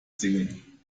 singen